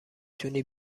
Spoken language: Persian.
تونی